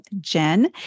Jen